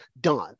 done